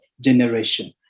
generation